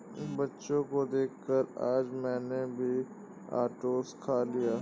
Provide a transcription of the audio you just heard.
बच्चों को देखकर आज मैंने भी ओट्स खा लिया